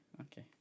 okay